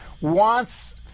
wants